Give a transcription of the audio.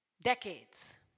Decades